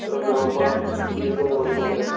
तर जवळपास दीड दोन वर्ष होतं आहे